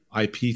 IP